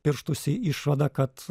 pirštųsi išvada kad